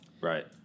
right